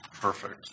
Perfect